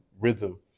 rhythm